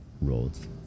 roads